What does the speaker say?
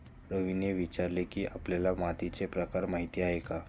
रवीने विचारले की, आपल्याला मातीचा प्रकार माहीत आहे का?